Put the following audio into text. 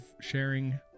sharing